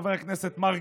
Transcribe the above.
חבר הכנסת מרגי,